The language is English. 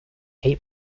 eight